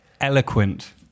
Eloquent